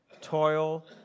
toil